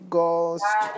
Ghost